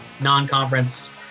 non-conference